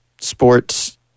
sports